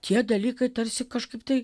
tie dalykai tarsi kažkaip tai